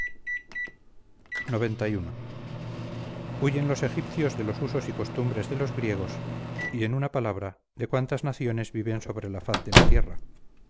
de sobrehumano xci huyen los egipcios de los usos y costumbres de los griegos y en una palabra de cuantas naciones viven sobre la faz de la tierra